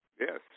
Yes